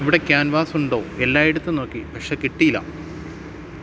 ഇവിടെ ക്യാൻവാസുണ്ടോ എല്ലായിടത്തും നോക്കി പക്ഷേ കിട്ടിയില്ല